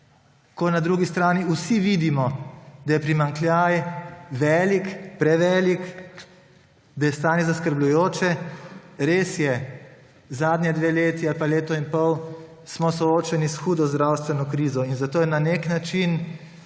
ko na drugi strani vsi vidimo, da je primanjkljaj velik, prevelik, da je stanje zaskrbljujoče. Res je, zadnji dve leti ali pa leto in pol smo soočeni s hudo zdravstveno krizo in zato je na nek način